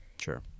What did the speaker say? Sure